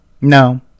No